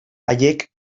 haiek